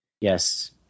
yes